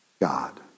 God